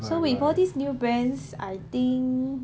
so with all these new brands I think